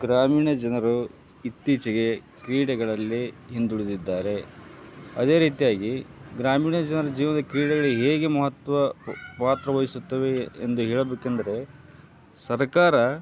ಗ್ರಾಮೀಣ ಜನರು ಇತ್ತೀಚೆಗೆ ಕ್ರೀಡೆಗಳಲ್ಲಿ ಹಿಂದುಳಿದಿದ್ದಾರೆ ಅದೇ ರೀತಿಯಾಗಿ ಗ್ರಾಮೀಣ ಜನರ ಜೀವನದ ಕ್ರೀಡೆಗಳಿಗೆ ಹೇಗೆ ಮಹತ್ವ ಪಾತ್ರ ವಯಿಸುತ್ತವೆ ಎಂದು ಹೇಳ್ಬೇಕಂದ್ರೆ ಸರ್ಕಾರ